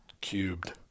cubed